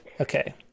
Okay